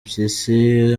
mpyisi